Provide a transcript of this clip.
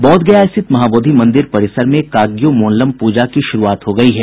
बोधगया स्थित महाबोधि मंदिर परिसर में काग्यू मोनलम पूजा की शुरूआत हो गयी है